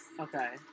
okay